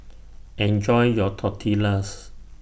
Enjoy your Tortillas